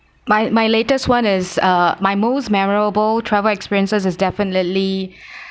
my my latest [one] is uh my most memorable travel experiences is definitely